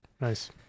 nice